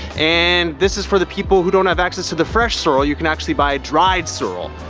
and this is for the people who don't have access to the fresh sorrel. you can actually buy dried sorrel,